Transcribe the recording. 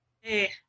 Hey